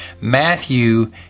Matthew